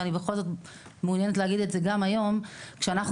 ואני בכל זאת מעוניינת להגיד את זה גם היום כשאנחנו